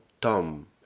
Tom